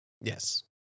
Yes